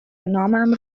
نامم